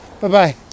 bye-bye